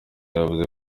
yavuze